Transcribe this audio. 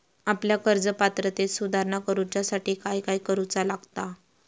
आपल्या कर्ज पात्रतेत सुधारणा करुच्यासाठी काय काय करूचा लागता?